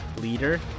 leader